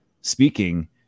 speaking